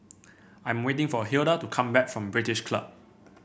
I am waiting for Hilda to come back from British Club